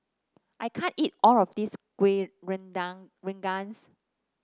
I can't eat all of this kueh redown rengas